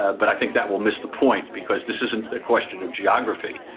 ah but i think that will miss the point because this isn't a question of geography.